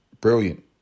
brilliant